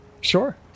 Sure